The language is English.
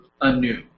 anew